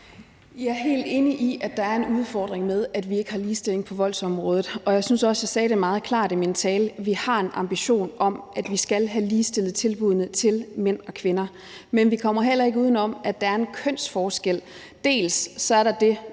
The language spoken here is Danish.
Jeg er helt enig i, at der er en udfordring med, at vi ikke har ligestilling på voldsområdet, og jeg synes også, jeg sagde det meget klart i min tale, nemlig at vi har en ambition om, at vi skal have ligestillet tilbuddene til mænd og kvinder. Men vi kommer heller ikke udenom, at der er en kønsforskel. Dels er der det